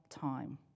time